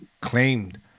claimed